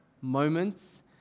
moments